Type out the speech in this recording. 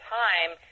time